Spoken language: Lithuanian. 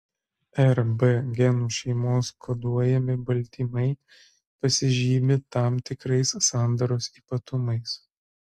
rb genų šeimos koduojami baltymai pasižymi tam tikrais sandaros ypatumais